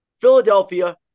Philadelphia